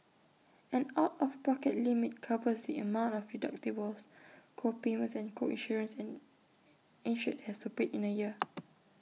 an out of pocket limit covers the amount of deductibles co payments and co insurance an insured has to pay in A year